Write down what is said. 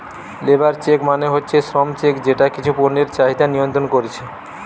labour check মানে হচ্ছে শ্রম চেক যেটা কিছু পণ্যের চাহিদা নিয়ন্ত্রণ কোরছে